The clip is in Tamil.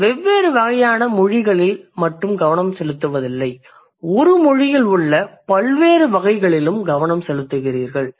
நீங்கள் வெவ்வேறு வகையான மொழிகளில் மட்டும் கவனம் செலுத்துவதில்லை ஒரு மொழியில் உள்ள பல்வேறு வகைகளிலும் கவனம் செலுத்துகிறீர்கள்